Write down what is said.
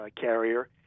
carrier